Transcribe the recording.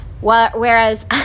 Whereas